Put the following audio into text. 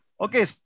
Okay